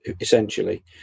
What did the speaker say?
essentially